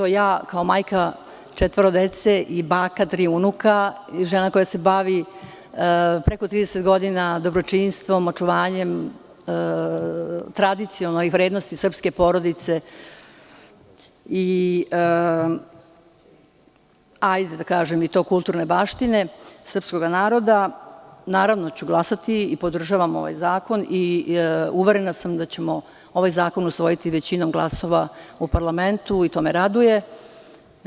Kao majka četvoro dece i baka tri unuka i žena koja se bavi preko 30 godina dobročinstvom, očuvanjem tradicije i vrednosti srpske porodice i kulturne baštine srpskog naroda, naravno ću glasati i podržavam ovaj zakon i uverena sam da ćemo ovaj zakon usvojiti većinom glasova u parlamentu i to me raduje.